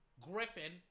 Griffin